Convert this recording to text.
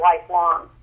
lifelong